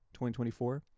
2024